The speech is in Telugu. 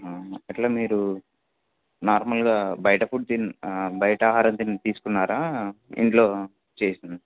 అలా మీరు నార్మల్గా బయట ఫుడ్ తి బయట ఆహారం తిన్ని తీసుకున్నారా ఇంట్లో చేసి